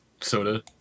soda